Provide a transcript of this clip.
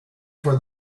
for